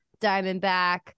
Diamondback